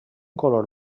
color